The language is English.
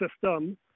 system